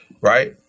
Right